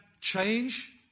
change